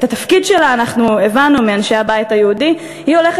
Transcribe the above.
את התפקיד שלה אנחנו הבנו מאנשי הבית היהודי: היא הולכת